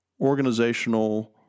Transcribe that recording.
organizational